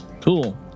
Cool